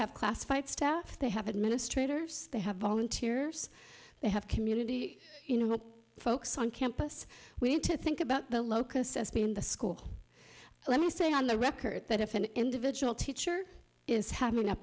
have classified staff they have administrators they have volunteers they have community you know what folks on campus we need to think about the locus as being the school let me say on the record that if an individual teacher is having a